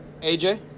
AJ